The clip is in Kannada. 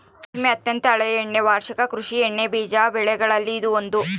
ಕುಸುಮೆ ಅತ್ಯಂತ ಹಳೆಯ ಎಣ್ಣೆ ವಾರ್ಷಿಕ ಕೃಷಿ ಎಣ್ಣೆಬೀಜ ಬೆಗಳಲ್ಲಿ ಇದು ಒಂದು